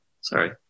Sorry